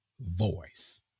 voice